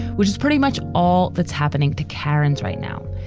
which is pretty much all that's happening to karen's right now.